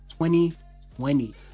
2020